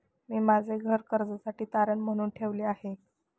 मी माझे घर कर्जासाठी तारण म्हणून ठेवले आहे